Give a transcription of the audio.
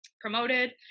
promoted